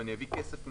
אני אביא כסף מהבית,